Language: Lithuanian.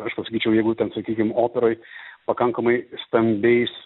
aš pasakyčiau jeigu ten sakykim operoj pakankamai stambiais